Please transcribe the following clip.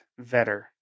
Vetter